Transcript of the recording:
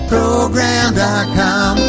Program.com